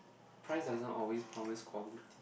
price doesn't always promise quantity